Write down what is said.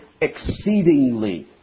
exceedingly